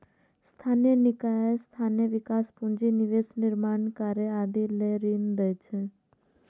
स्थानीय निकाय स्थानीय विकास, पूंजी निवेश, निर्माण कार्य आदि लए ऋण लै छै